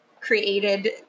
created